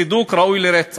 כידוע לך, רוב הנשק בידי